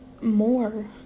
more